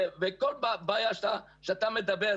אז הדברים ממש לא מדויקים.